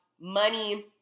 money